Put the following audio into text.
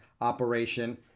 operation